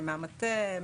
מהמטה,